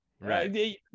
right